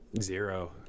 Zero